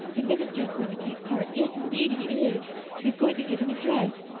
the minister is going to take part yes, indeed, he is he's going to give an address.